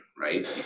right